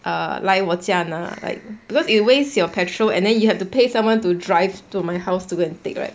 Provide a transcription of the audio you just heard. err 来我家拿 like because you waste your petrol and then you have to pay someone to drive to my house to go and take right